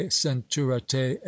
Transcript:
centurate